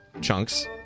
chunks